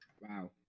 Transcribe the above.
Wow